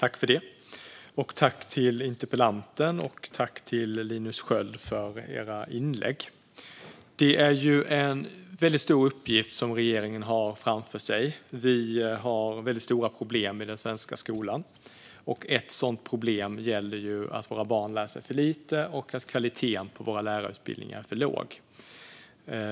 Herr talman! Tack till interpellanten och till Linus Sköld för era inlägg! Det är en väldigt stor uppgift som regeringen har framför sig. Vi har stora problem i den svenska skolan. Ett är att våra barn lär sig för lite och att kvaliteten på våra lärarutbildningar är för låg.